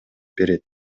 берет